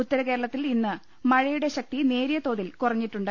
ഉത്തരകേരളത്തിൽ ഇന്ന് മഴയുടെ ശക്തി നേരിയ തോതിൽ കുറഞ്ഞിട്ടുണ്ട്